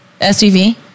SUV